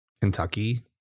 Kentucky